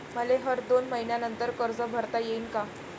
मले हर दोन मयीन्यानंतर कर्ज भरता येईन का?